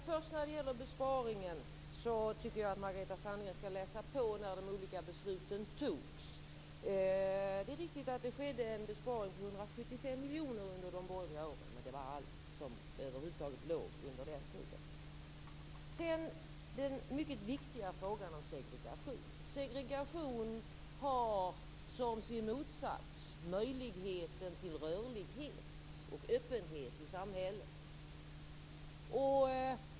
Fru talman! När det först gäller besparingen tycker jag att Margareta Sandgren skall läsa på när de olika besluten fattades. Det är riktigt att det skedde en besparing på 175 miljoner under de borgerliga åren, men det var allt. Segregation har som sin motsats möjligheten till rörlighet och öppenhet i samhället.